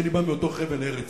כי אני בא מאותו חבל ארץ,